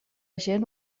gent